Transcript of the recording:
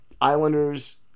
Islanders